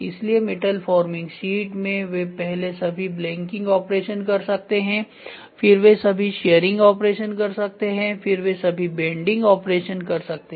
इसलिए metal forming sheet में वे पहले सभी ब्लैंकिंग ऑपरेशन कर सकते हैं फिर वे सभी शीयरिंग ऑपरेशन कर सकते हैं फिर वे सभी बेंडिंग ऑपरेशन कर सकते हैं